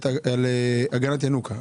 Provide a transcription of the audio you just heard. לגבי הגנת ינוקא.